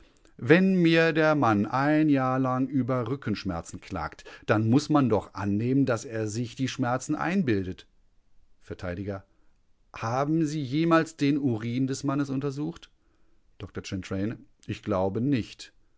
wenn mir der mann ein jahr lang über rückenschmerzen klagt dann muß man doch annehmen daß er sich die schmerzen einbildet vert haben sie jemals den urin des mannes untersucht dr chantraine ich glaube nicht